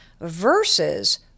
versus